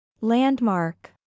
Landmark